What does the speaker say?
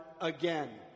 again